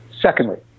Secondly